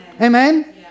Amen